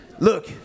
Look